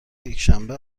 یکشنبه